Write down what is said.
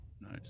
Nice